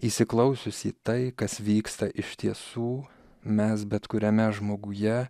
įsiklausius į tai kas vyksta iš tiesų mes bet kuriame žmoguje